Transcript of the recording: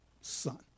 son